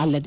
ಅಲ್ಲದೆ